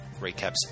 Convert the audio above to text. recaps